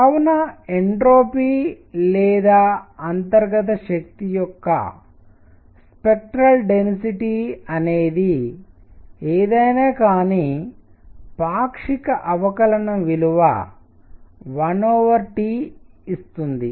కావున ఎంట్రోపీ లేదా అంతర్గత శక్తి యొక్క స్పెక్ట్రల్ డెన్సిటీ అనేది ఏదైనా కానీ పాక్షిక అవకలనం విలువ 1T ఇస్తుంది